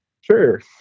sure